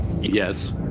yes